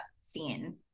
scene